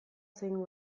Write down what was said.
zein